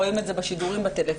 רואים את זה בשידורים בטלוויזיה,